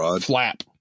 flap